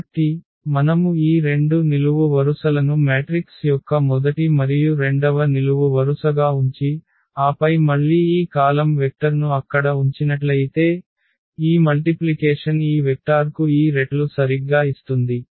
కాబట్టి మనము ఈ రెండు నిలువు వరుసలను మ్యాట్రిక్స్ యొక్క మొదటి మరియు రెండవ నిలువు వరుసగా ఉంచి ఆపై మళ్ళీ ఈ కాలమ్ వెక్టర్ను అక్కడ ఉంచినట్లయితే ఈ మల్టిప్లికేషన్ ఈ వెక్టార్కు ఈ రెట్లు సరిగ్గా ఇస్తుంది